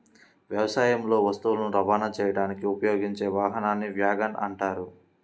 వ్యవసాయంలో వస్తువులను రవాణా చేయడానికి ఉపయోగించే వాహనాన్ని వ్యాగన్ అంటారు